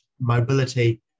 mobility